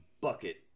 bucket